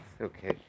Okay